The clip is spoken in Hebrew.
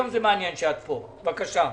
בבקשה.